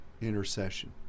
intercession